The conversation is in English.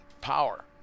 power